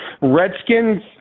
Redskins